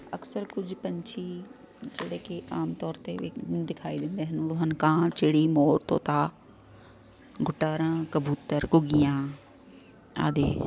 ਅਕਸਰ ਕੁਝ ਪੰਛੀ ਜਿਹੜੇ ਕਿ ਆਮ ਤੌਰ 'ਤੇ ਦਿਖਾਈ ਦਿੰਦੇ ਹਨ ਵੋ ਹਨ ਕਾਂ ਚਿੜੀ ਮੋਰ ਤੋਤਾ ਗੁਟਾਰਾ ਕਬੂਤਰ ਘੁੱਗੀਆਂ ਆਦਿ